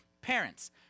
parents